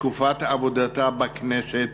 בתקופת עבודתה בכנסת